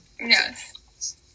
yes